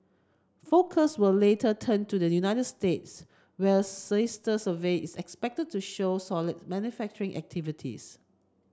focus will later turn to the United States where a sister survey is expected to show solid manufacturing activities